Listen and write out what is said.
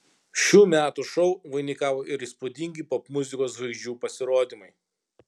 šių metų šou vainikavo ir įspūdingi popmuzikos žvaigždžių pasirodymai